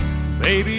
Baby